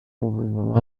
بود